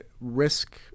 risk